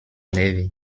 navy